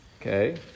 Okay